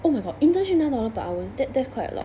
oh my god internship nine dollars per hour that that's quite a lot